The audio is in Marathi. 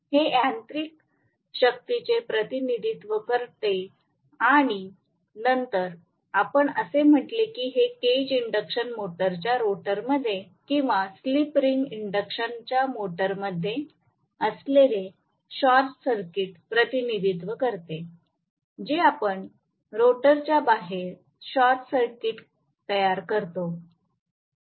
हे यांत्रिक शक्तीचे प्रतिनिधित्व करते आणि नंतर आपण असे म्हटले की हे केज इंडकशन मोटरच्या रोटरमध्ये किंवा स्लिप रिंग इंडक्शन मोटरमध्ये असलेले शॉर्ट सर्किट प्रतिनिधित्व करते जे आपण रोटरच्या बाहेर शॉर्ट सर्किट तयार करतो